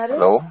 Hello